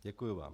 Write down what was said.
Děkuji vám.